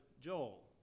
Joel